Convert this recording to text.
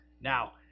Now